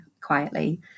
quietly